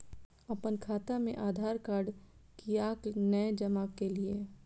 अप्पन खाता मे आधारकार्ड कियाक नै जमा केलियै?